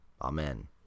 Amen